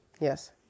Yes